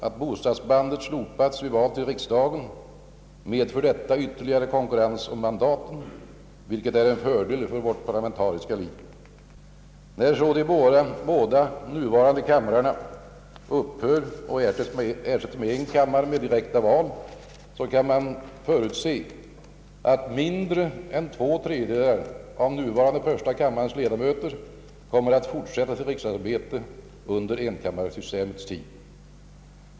Att bostadsbandet har slopats vid val till riksdagen medför en ytterligare konkurrens om mandaten, vilket är en fördel för vårt parlamentariska liv. När så de båda nuvarande kamrarna upphör och ersättes med en kammare med direkta val, kan man förutse att mindre än två tredjedelar av nuvarande första kammarens ledamöter kommer att fortsätta sitt riksdagsarbete under enkammarsystemets tid.